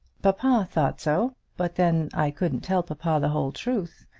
papa thought so but, then, i couldn't tell papa the whole truth,